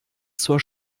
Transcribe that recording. zur